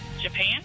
Japan